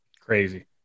Crazy